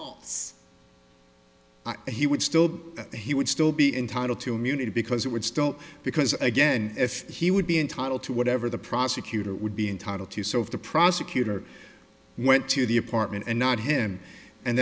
false he would still be that he would still be entitled to munich because it would stop because again if he would be entitled to whatever the prosecutor would be entitled to so if the prosecutor went to the apartment and not him and